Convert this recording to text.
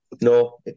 no